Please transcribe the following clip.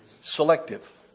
Selective